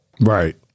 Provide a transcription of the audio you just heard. Right